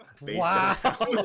Wow